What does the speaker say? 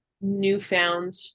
newfound